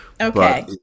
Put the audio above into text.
Okay